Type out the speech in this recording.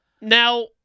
Now